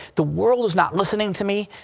the world is not listening to me.